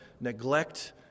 neglect